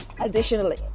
additionally